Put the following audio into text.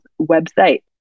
website